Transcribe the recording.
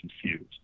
confused